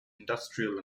industrial